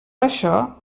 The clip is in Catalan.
això